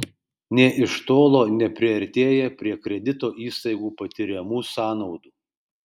nė iš tolo nepriartėja prie kredito įstaigų patiriamų sąnaudų